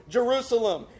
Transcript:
Jerusalem